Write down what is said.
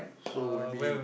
so maybe